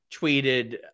tweeted